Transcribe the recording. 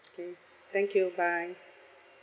okay thank you bye